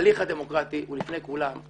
ההליך הדמוקרטי, הוא לפני כולם.